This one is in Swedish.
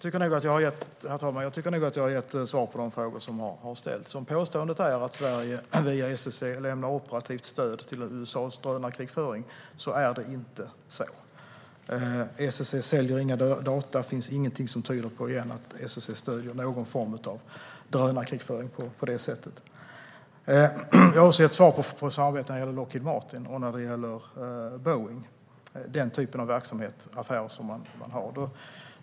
Herr talman! Jag tycker nog att jag har gett svar på de frågor som har ställts. Om påståendet är att Sverige via SSC lämnar operativt stöd till USA:s drönarkrigföring, så kan jag säga att det inte är så. SSC säljer inga data, och det finns ingenting som tyder på att SSC stöder någon form av drönarkrigföring på det sättet. Jag har också svarat på frågan om samarbete och den typen av affärer som man har när det gäller Lockheed Martin och Boeing.